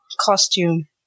costume